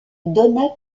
donna